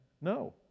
No